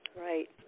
Right